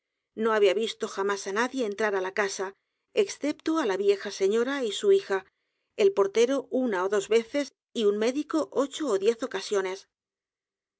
no había visto j a m á s á nadie entrar á la casa excepto á la vieja señora y su hija el portero una ó dos veces y un médico ocho ó diez ocasiones